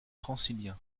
transilien